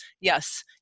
yes